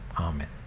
Amen